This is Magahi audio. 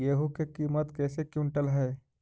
गेहू के किमत कैसे क्विंटल है?